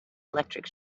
electric